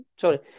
sorry